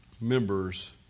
members